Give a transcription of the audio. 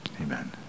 Amen